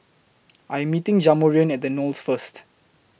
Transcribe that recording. I Am meeting Jamarion At The Knolls First